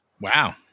Wow